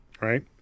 Right